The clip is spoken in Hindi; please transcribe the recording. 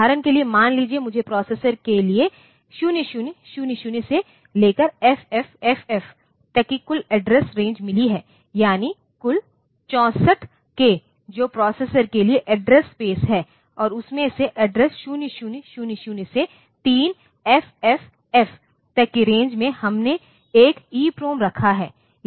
उदाहरण के लिए मान लीजिए मुझे प्रोसेसर के लिए 0000 से लेकर FFFF तक की कुल एड्रेस रेंज मिली है यानी कुल 64 k जो प्रोसेसर के लिए एड्रेस स्पेस है और उसमें से एड्रेस 0000 से 3FFF तक की रेंज में हमने एक ईप्रोम रखा है